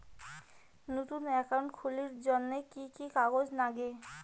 নতুন একাউন্ট খুলির জন্যে কি কি কাগজ নাগে?